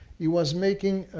he was making